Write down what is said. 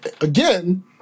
Again